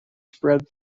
spread